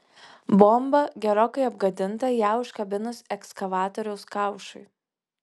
bomba gerokai apgadinta ją užkabinus ekskavatoriaus kaušui